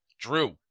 Drew